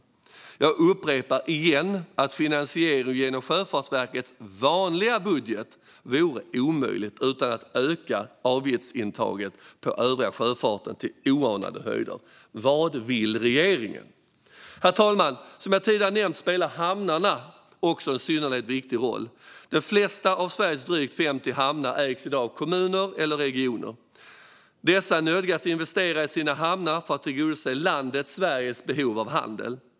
Jag upprepar: Det vore omöjligt att finansiera detta genom Sjöfartsverkets vanliga budget utan att öka avgiftsintaget på den övriga sjöfarten till oanade höjder. Vad vill regeringen? Herr talman! Som jag tidigare nämnt spelar hamnarna också en synnerligen viktig roll. De flesta av Sveriges drygt 50 hamnar ägs i dag av kommuner eller regioner. Dessa nödgas investera i sina hamnar för att tillgodose landet Sveriges behov av handel.